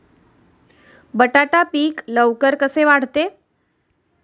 बटाटा पीक लवकर कसे वाढते?